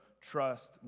Trust